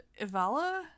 Ivala